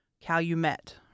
Calumet